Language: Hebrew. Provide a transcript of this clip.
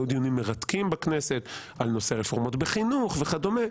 היו דיונים מרתקים בכנסת על נושא הרפורמות בחינוך וכדומה.